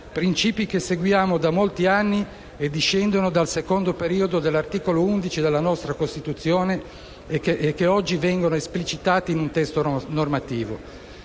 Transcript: principi che seguiamo da molti anni e discendono dal secondo periodo dell'articolo 11 della nostra Costituzione e che oggi vengono esplicitati in un testo normativo.